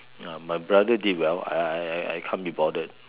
uh my brother did well I I I I I can't be bothered